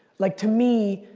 like to me,